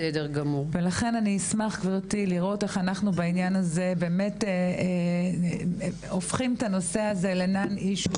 לכן אשמח גברתי לראות איך אנחנו בעניין הזה הופכים את הנושא לנון אישיו.